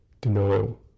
denial